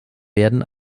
werden